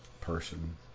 person